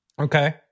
okay